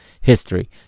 history